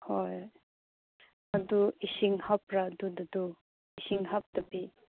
ꯍꯣꯏ ꯑꯗꯨ ꯏꯁꯤꯡ ꯍꯥꯞꯄ꯭ꯔꯥ ꯑꯗꯨꯗ ꯏꯁꯤꯡ ꯍꯥꯞꯇꯕꯤ